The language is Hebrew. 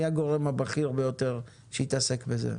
מי הגורם הבכיר ביותר שהתעסק בזה?